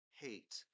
hate